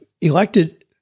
elected